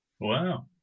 Wow